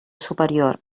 superior